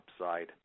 upside